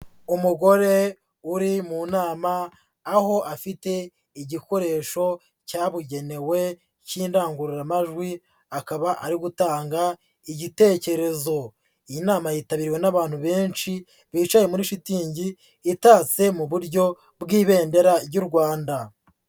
Umugore uri mu nama aho afite igikoresho cyabugenewe cy'indangururamajwi, akaba ari gutanga igitekerezo. Iyi nama yitabiriwe n'abantu benshi bicaye muri shitingi itatse mu buryo bw'ibendera ry'u Rwanda.